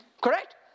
Correct